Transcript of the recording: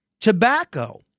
tobacco